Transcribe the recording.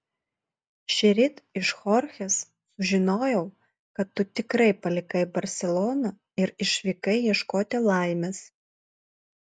šįryt iš chorchės sužinojau kad tu tikrai palikai barseloną ir išvykai ieškoti laimės